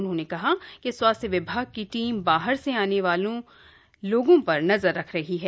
उन्होंने कहा कि स्वास्थ्य विभाग की टीम बाहर से आने वालों लोगों पर नजर रख रही है